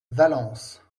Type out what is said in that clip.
valence